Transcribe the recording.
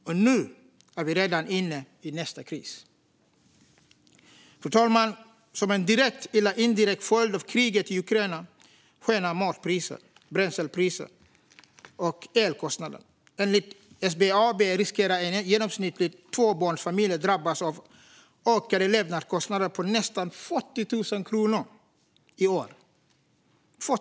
Och nu är vi redan inne i nästa kris. Som en direkt eller indirekt följd av kriget i Ukraina skenar matpriser, bränslepriser och elkostnader. Enligt SBAB riskerar en genomsnittlig tvåbarnsfamilj att drabbas av ökade levnadsomkostnader på nästan 40 000 kronor i år.